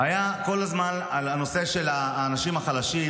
היה כל הזמן הנושא של האנשים החלשים,